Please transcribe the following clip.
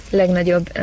legnagyobb